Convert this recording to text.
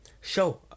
show